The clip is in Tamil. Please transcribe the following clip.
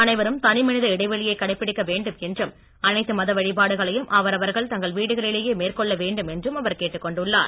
அனைவரும் தனி மனித இடைவெளியை கடைபிடிக்க வேண்டும் என்றும் அனைத்து மத வழிபாடுகளையும் அவரவர்கள் தங்கள் வீடுகளிலேயே மேற்கொள் வேண்டும் என்றும் அவர் கேட்டுக்கொண்டுள்ளார்